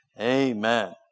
Amen